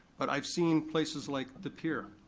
but i've seen places like the pier,